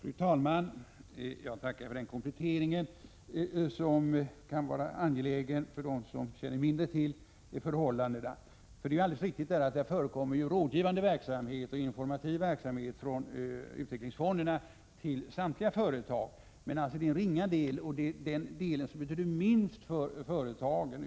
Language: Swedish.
Fru talman! Jag tackar statsrådet för kompletteringen, som kan vara angelägen för dem som inte känner till förhållandena så väl. Det är alldeles riktigt att det förekommer rådgivande och informativ verksamhet från utvecklingsfonderna till samtliga företag, men det är en ringa del och den som betyder minst för företagen.